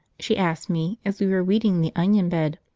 she asked me as we were weeding the onion bed.